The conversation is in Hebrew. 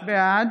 בעד